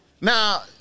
Now